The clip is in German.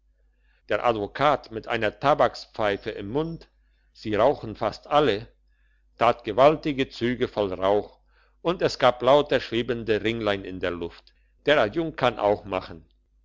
der advokat mit einer tabakspfeife im mund sie rauchen fast alle tat gewaltige züge voll rauch und es gab lauter schwebende ringlein in der luft der adjunkt kann auch machen